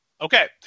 Okay